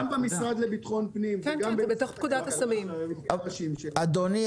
גם במשרד לביטחון פנים וגם במשרד --- אדוני,